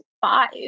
five